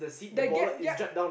that gap yeah